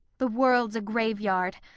the world's a graveyard,